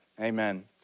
amen